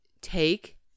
Take